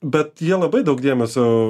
bet jie labai daug dėmesio